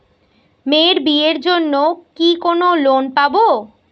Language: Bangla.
মেয়ের বিয়ের জন্য কি কোন লোন পাব?